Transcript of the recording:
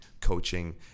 coaching